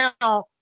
now